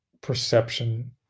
perception